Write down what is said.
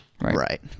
Right